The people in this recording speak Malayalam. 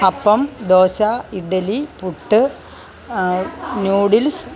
അപ്പം ദോശ ഇഡലി പുട്ട് ന്യൂഡിൽസ്